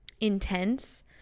intense